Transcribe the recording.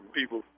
people